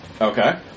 Okay